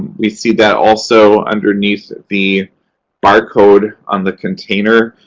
we see that also underneath the barcode on the container.